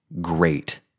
great